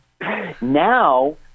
Now